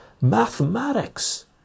mathematics